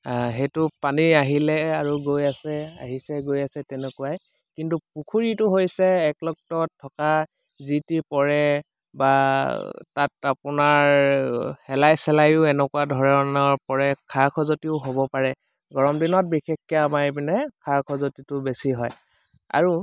আ সেইটো পানী আহিলে আৰু গৈ আছে আহিছে গৈ আছে তেনেকুৱাই কিন্তু পুখুৰীটো হৈছে একলগত থকা যি টি পৰে বা তাত আপোনাৰ শেলাই চেলায়ো এনেকুৱা ধৰণৰ পৰে খা খজুৱতিও হ'ব পাৰে গৰম দিনত বিশেষকে আমাৰ এইপিনে খা খজুৱতিটো বেছি হয় আৰু